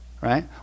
right